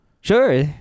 Sure